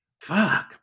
Fuck